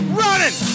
running